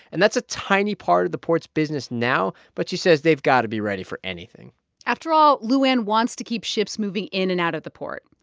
and that's a tiny part of the port's business now, but she says they've got to be ready for anything after all, lou anne wants to keep ships moving in and out of the port.